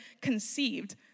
conceived